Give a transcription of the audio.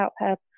help